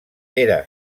era